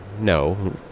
no